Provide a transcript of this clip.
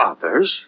Others